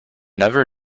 never